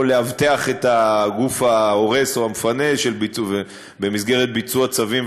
לאבטח את הגוף ההורס או המפנה במסגרת ביצוע צווים,